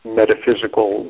metaphysical